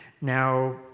Now